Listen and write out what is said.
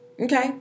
Okay